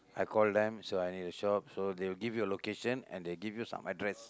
I call them sir I need a shop so they will give you a location and they'll give you some address